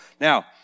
Now